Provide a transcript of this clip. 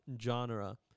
genre